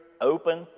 open